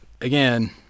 again